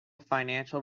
financial